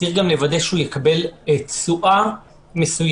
צריך גם לוודא שהוא יקבל תשואה מסוימת